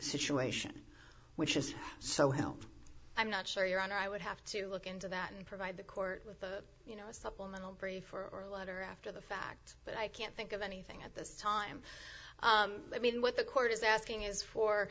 situation which is so helpful i'm not sure your honor i would have to look into that and provide the court with a you know a supplemental brief for a letter after the fact but i can't think of anything at this time i mean what the court is asking is for